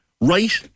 right